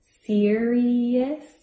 serious